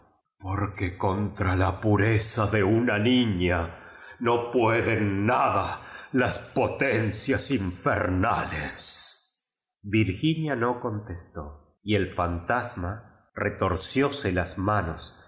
porque contra ja purera de una niña no puede u nada las potencias infernales virginia no contestó y el fantasma retor cióse las manos